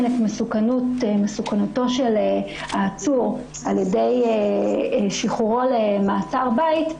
את מסוכנותו של העצור על ידי שחרורו למעצר בית,